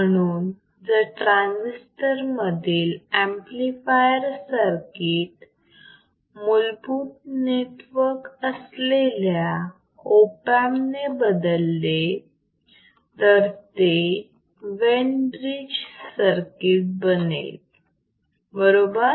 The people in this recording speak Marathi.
म्हणून जर ट्रांजिस्टर मधील अंपलिफायर सर्किट मूलभूत फीडबॅक नेटवर्क असलेल्या ऑप अँप ने बदलले तर ते वेन ब्रिज सर्किट बनेल बरोबर